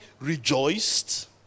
rejoiced